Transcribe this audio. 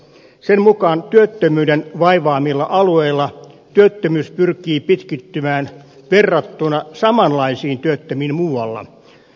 sen mukaan työttömyyden vaivaamilla alueilla työttömyys pyrkii pitkittymään verrattuna samanlaisiin työttömiin muualla